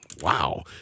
wow